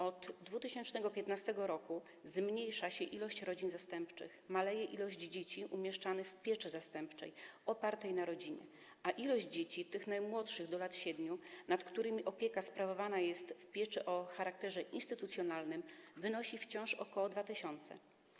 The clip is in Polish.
Od 2015 r. zmniejsza się ilość rodzin zastępczych, maleje ilość dzieci umieszczanych w pieczy zastępczej opartej na rodzinie, a ilość dzieci, tych najmłodszych, do lat 7, nad którymi opieka sprawowana jest w pieczy o charakterze instytucjonalnym, to wciąż ok. 2 tys.